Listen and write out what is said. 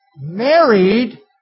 Married